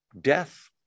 death